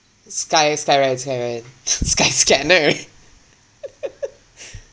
sky~ skyride skyride sky scanner ride